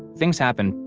things happen.